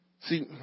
See